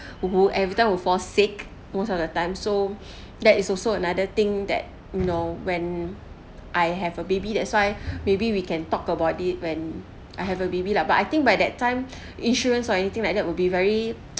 who who every time will fall sick most of the time so that is also another thing that you know when I have a baby that's why maybe we can talk about it when I have a baby lah but I think by that time insurance or anything like that will be very